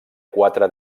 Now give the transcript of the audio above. quatre